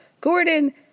Gordon